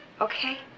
okay